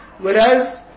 whereas